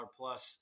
plus